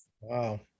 Wow